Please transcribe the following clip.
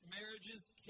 marriages